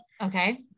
Okay